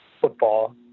football